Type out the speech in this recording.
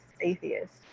atheist